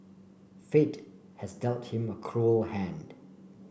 fate has dealt him a cruel hand